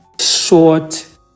short